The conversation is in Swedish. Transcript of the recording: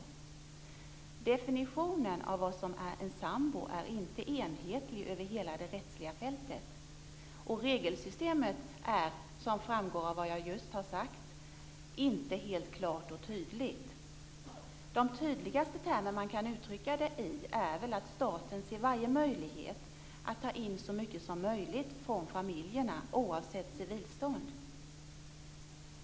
Definitionen av vad som är en sambo är inte enhetlig över hela det rättsliga fältet. Regelsystemet är, som framgår av vad jag just har sagt, inte helt klart och tydligt. De tydligaste termer man kan uttrycka det i är att staten ser varje möjlighet att ta in så mycket som möjligt från familjerna oavsett civilstånd.